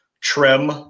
trim